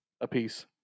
apiece